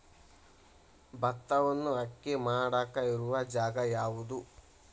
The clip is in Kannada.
ಭತ್ತವನ್ನು ಅಕ್ಕಿ ಮಾಡಾಕ ಇರು ಜಾಗ ಯಾವುದು?